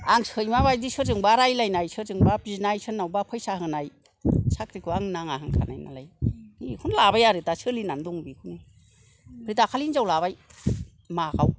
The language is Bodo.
आं सैमा बादि सोरजोंबा रायलायनाय सोरजोंबा बिनाय सोरनावबा फैसा होनाय साख्रिखौ आंनो नाङा होनखानाय नालाय बिखौनो लाबाय आरो दा सोलिनानै दं बिखौनो आमफ्राय दाखालि हिनजाव लाबाय माग आव